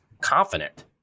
confident